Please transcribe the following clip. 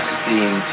seeing